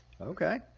okay